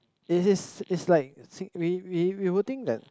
is is is like we we we would think that